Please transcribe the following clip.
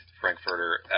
Frankfurter